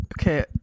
Okay